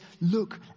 look